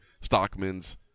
Stockman's